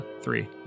three